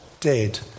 dead